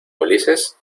ulises